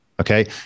Okay